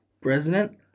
president